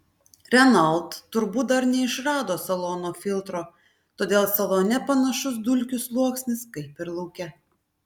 renault turbūt dar neišrado salono filtro todėl salone panašus dulkių sluoksnis kaip ir lauke